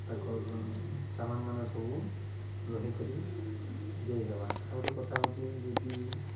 ତାକର ସାମାନ ମାନେ ସବୁ ରହିକରି ଯେଇ ହେବା ଆଉ ଗୋଟେ କଥା ହଉଛେ ଯଦି